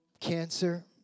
cancer